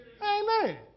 Amen